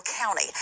County